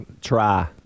Try